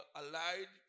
allied